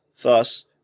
Thus